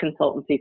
consultancy